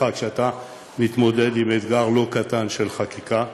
כשאתה מתמודד עם אתגר לא קטן של חקיקה.